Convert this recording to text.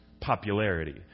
popularity